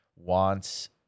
wants